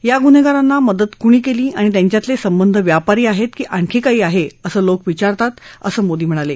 या गुन्हेगारांना मदत कणी केली आणि त्यांच्यातले संबंध व्यापारी आहेत की आणखी काही आहे असं लोक विचारतात असं मोदी म्हणाले